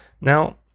Now